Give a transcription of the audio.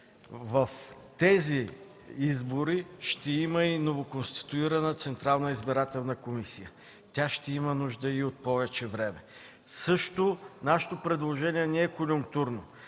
В тези избори ще има и новоконституирана Централна избирателна комисия. Тя ще има нужда и от повече време. Нашето предложение не е конюнктурно